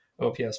OPS